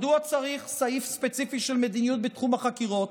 מדוע צריך סעיף ספציפי של מדיניות בתחום החקירות?